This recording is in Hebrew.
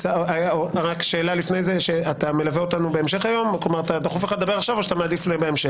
אתה מעדיף לדבר עכשיו?